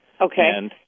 Okay